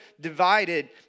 divided